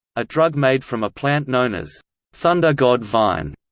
a drug made from a plant known as thunder god vine,